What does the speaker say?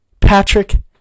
Patrick